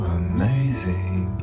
amazing